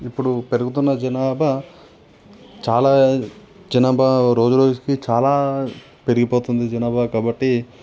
ఇప్పుడు పెరుగుతున్న జనాభా చాలా చినపా రోజు రోజుకి చాలా పెరిగిపోతుంది జనాభా కాబట్టి